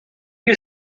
you